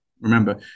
remember